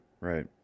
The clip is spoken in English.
Right